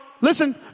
listen